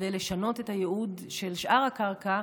כדי לשנות את הייעוד של שאר הקרקע,